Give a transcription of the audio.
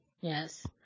Yes